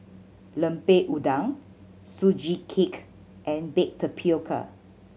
Lemper Udang Sugee Cake and baked tapioca